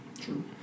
True